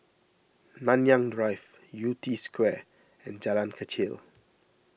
Nanyang Drive Yew Tee Square and Jalan Kechil